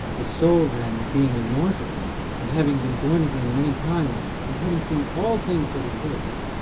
the soul then, being immortal and having been born again many times and having seen all things that exist,